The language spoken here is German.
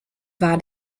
war